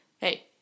Hey